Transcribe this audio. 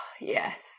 yes